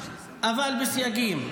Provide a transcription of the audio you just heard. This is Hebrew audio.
אבל בסייגים: